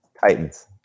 Titans